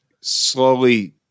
slowly